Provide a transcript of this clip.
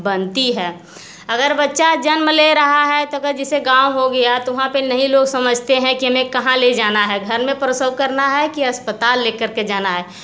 बनती है अगर बच्चा जन्म ले रहा है तो अगर जैसे गाँव हो गया तो वहाँ पर नहीं लोग समझते हैं कि मैं कहाँ ले जाना है घर में प्रसव करना है कि अस्पताल लेकर के जाना है